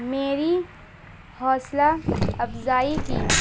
میری حوصلہ افزائی کی